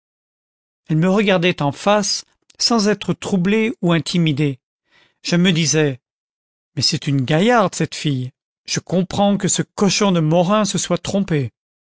elle me regardait en face sans être troublée ou intimidée je me disais mais c'est une gaillarde cette fille je comprends que ce cochon de morin se soit trompé